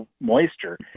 moisture